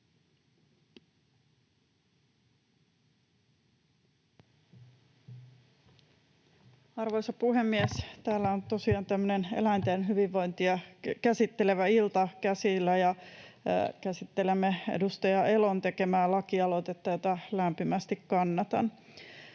Arvoisa puhemies! Täällä on tosiaan tämmöinen eläinten hyvinvointia käsittelevä ilta käsillä. Käsittelemme edustaja Elon tekemää lakialoitetta, jota lämpimästi kannatan.